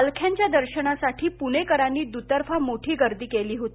पालख्यांच्या दर्शनासाठी प्णेकरांनी द्तर्फा मोठी गर्दी केली होती